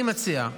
אני מציע,